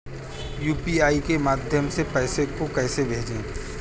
UPI के माध्यम से पैसे को कैसे भेजें?